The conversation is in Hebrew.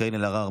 קארין אלהרר,